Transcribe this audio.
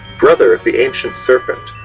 brother of the ancient serpent,